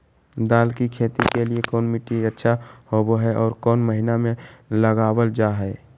दाल की खेती के लिए कौन मिट्टी अच्छा होबो हाय और कौन महीना में लगाबल जा हाय?